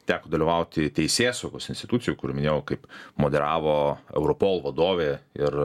teko dalyvauti teisėsaugos institucijų kur minėjau kaip moderavo europol vadovė ir